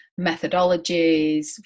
methodologies